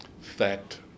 Fact